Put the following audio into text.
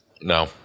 No